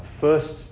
first